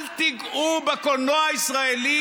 אל תיגעו בקולנוע הישראלי.